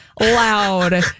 loud